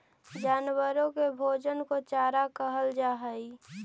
जानवरों के भोजन को चारा कहल जा हई